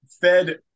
fed